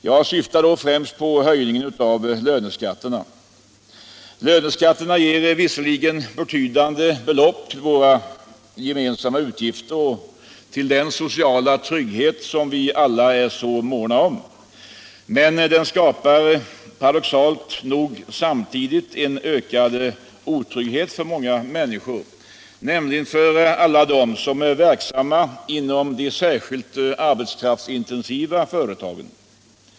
Jag syftar då främst på höjningen av löneskatterna. Löneskatterna ger visserligen betydande belopp till våra gemensamma utgifter och till den sociala trygghet som vi alla är så måna om, men de skapar paradoxalt nog samtidigt en ökad otrygghet för många människor, nämligen för alla dem som är verksamma inom de särskilt arbetskraftsintensiva företagen.